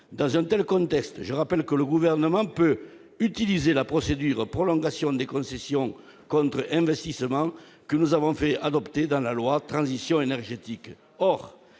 Dans un tel contexte, je rappelle que le Gouvernement peut utiliser la procédure de prolongation des concessions contre investissements, que nous avons fait adopter dans la loi relative à la transition énergétique